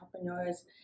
entrepreneurs